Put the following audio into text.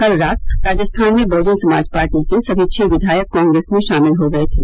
कल रात राजस्थान में बहुजन समाज पार्टी के सभी छः विधायक कांग्रेस में शामिल हो गए थे